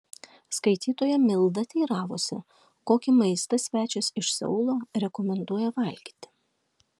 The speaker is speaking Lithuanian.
skaitytoja milda teiravosi kokį maistą svečias iš seulo rekomenduoja valgyti